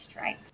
Right